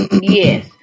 Yes